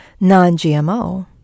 non-GMO